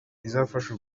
izafasha